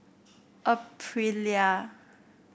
Aprilia